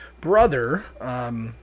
brother